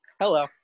Hello